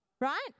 right